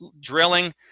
drilling